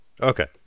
Okay